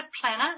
planet